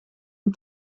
een